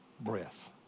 breath